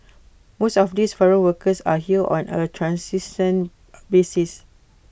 most of these foreign workers are here on A transient basis